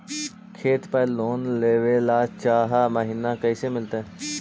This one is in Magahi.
खूत पर लोन लेबे ल चाह महिना कैसे मिलतै?